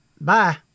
Bye